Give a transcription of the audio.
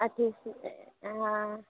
अच्छे अच्छे हॅं